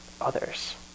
others